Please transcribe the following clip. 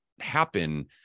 happen